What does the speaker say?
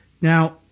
Now